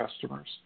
customers